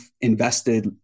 invested